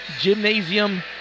gymnasium